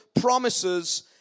promises